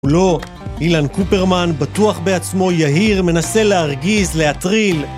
לא, אילן קופרמן בטוח בעצמו יהיר מנסה להרגיז, להטריל